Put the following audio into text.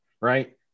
right